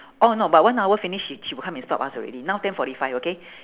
oh no but one hour finish she she will come and stop us already now ten forty five okay